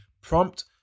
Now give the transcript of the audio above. prompt